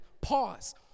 Pause